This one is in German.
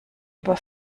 über